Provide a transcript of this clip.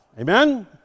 amen